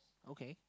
okay